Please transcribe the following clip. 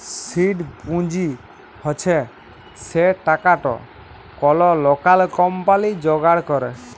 seed পুঁজি হছে সে টাকাট কল লকাল কম্পালি যোগাড় ক্যরে